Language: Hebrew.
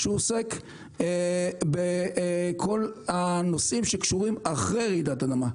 והוא עוסק בכל הנושאים של אחרי רעידת אדמה,